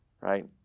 Right